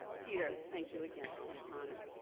peter, thank you again, for this ah and